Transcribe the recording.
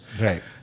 right